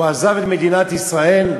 הוא עזב את מדינת ישראל,